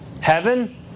Heaven